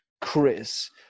Chris